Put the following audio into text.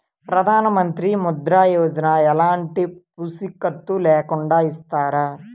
ప్రధానమంత్రి ముద్ర యోజన ఎలాంటి పూసికత్తు లేకుండా ఇస్తారా?